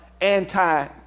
anti